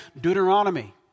Deuteronomy